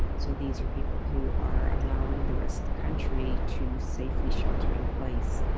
so these are people who are allowing the rest of the country to safely shelter-in-place.